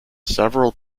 several